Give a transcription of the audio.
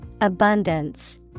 Abundance